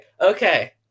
okay